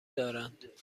دارند